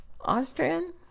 Austrian